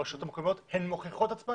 הרשויות המקומיות מוכיחות את עצמן